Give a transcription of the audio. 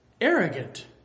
arrogant